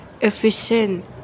efficient